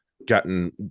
gotten